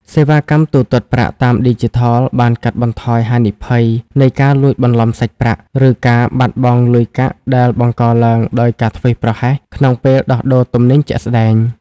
សេវាកម្មទូទាត់ប្រាក់តាមឌីជីថលបានកាត់បន្ថយហានិភ័យនៃការលួចបន្លំសាច់ប្រាក់ ឬការបាត់បង់លុយកាក់ដែលបង្កឡើងដោយការធ្វេសប្រហែសក្នុងពេលដោះដូរទំនិញជាក់ស្ដែង។